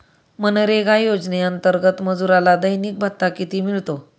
मनरेगा योजनेअंतर्गत मजुराला दैनिक भत्ता किती मिळतो?